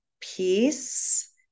Peace